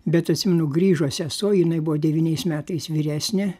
bet atsimenu grįžo sesuo jinai buvo devyniais metais vyresnė